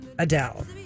Adele